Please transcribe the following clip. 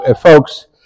folks